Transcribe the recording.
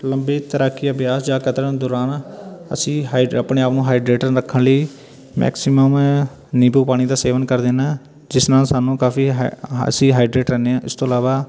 ਲੰਬੀ ਤੈਰਾਕੀ ਅਭਿਆਸ ਜਾਂ ਕਤਰਨ ਦੌਰਾਨ ਅਸੀਂ ਹਾਈਟ ਆਪਣੇ ਆਪ ਨੂੰ ਹਾਈਡਰੇਟਰ ਰੱਖਣ ਲਈ ਮੈਕਸੀਮਮ ਨਿੰਬੂ ਪਾਣੀ ਦਾ ਸੇਵਨ ਕਰਦੇ ਹਨ ਜਿਸ ਨਾਲ ਸਾਨੂੰ ਕਾਫੀ ਹਾ ਅਸੀਂ ਹਾਈਡਰੇਟ ਰਹਿੰਦੇ ਹਾਂ ਇਸ ਤੋਂ ਇਲਾਵਾ